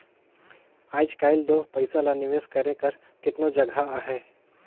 आएज काएल दो पइसा ल निवेस करे कर केतनो जगहा अहे